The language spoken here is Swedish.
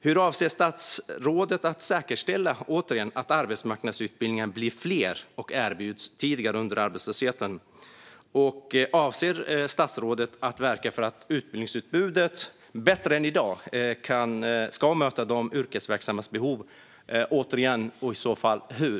Hur avser statsrådet att säkerställa att arbetsmarknadsutbildningarna blir fler och erbjuds tidigare under arbetslösheten? Avser statsrådet att verka för att utbildningsutbudet ska möta de yrkesverksammas behov bättre än i dag, och i så fall hur?